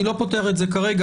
אני לא פותר את זה כרגע.